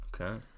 okay